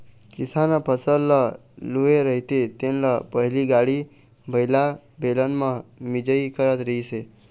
किसान ह फसल ल लूए रहिथे तेन ल पहिली गाड़ी बइला, बेलन म मिंजई करत रिहिस हे